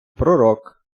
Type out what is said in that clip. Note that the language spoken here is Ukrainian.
пророк